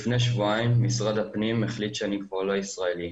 לפני שבועיים משרד הפנים החליט שאני כבר לא ישראלי.